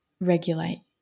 regulate